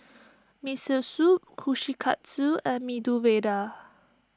Miso Soup Kushikatsu and Medu Vada